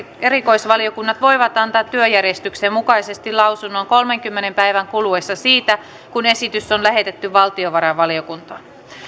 erikoisvaliokunnat voivat antaa työjärjestyksen mukaisesti lausunnon kolmenkymmenen päivän kuluessa siitä kun esitys on lähetetty valtiovarainvaliokuntaan